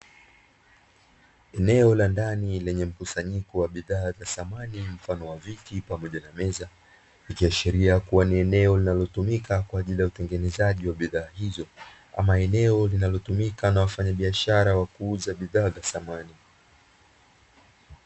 Eneo la ndani lenye mkusanyiko wa bidhaa za samani mfano wa viti pamoja na meza, ikiashiria kuwa ni eneo linalotumika kwa ajili ya utenegenezaji wa bidhaa hizo, ama eneo linalotumika na wafanyabiashara wa kuuza bidhaa za samani.